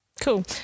Cool